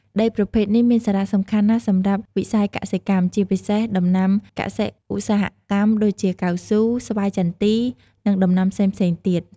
ដីប្រភេទនេះមានសារៈសំខាន់ណាស់សម្រាប់វិស័យកសិកម្ម ជាពិសេសដំណាំកសិ-ឧស្សាហកម្មដូចជា កៅស៊ូ ស្វាយចន្ទី និងដំណាំផ្សេងៗទៀត។